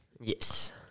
Yes